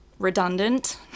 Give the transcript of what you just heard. redundant